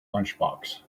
lunchbox